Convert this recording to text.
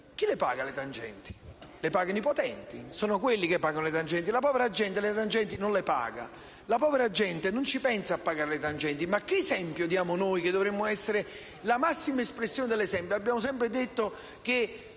Chi paga le tangenti? Le pagano i potenti: sono loro che pagano le tangenti. La povera gente le tangenti non le paga: la povera gente non ci pensa a pagare le tangenti. Ma che esempio diamo noi? Noi dovremmo essere la massima espressione dell'esempio. Abbiamo sempre detto che